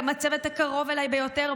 גם הצוות הקרוב אליי ביותר,